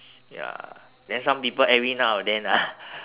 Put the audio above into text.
ya then some people every now and then ah